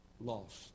lost